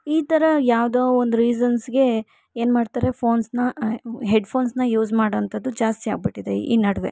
ಈ ಥರ ಯಾವುದೋ ಒಂದು ರೀಸನ್ಸ್ಗೆ ಏನು ಮಾಡ್ತಾರೆ ಫೋನ್ಸ್ನ ಹೆಡ್ಫೋನ್ಸ್ನ ಯೂಸ್ ಮಾಡೋವಂಥದ್ದು ಜಾಸ್ತಿ ಆಗಿಬಿಟ್ಟಿದೆ ಈ ಈ ನಡುವೆ